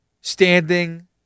standing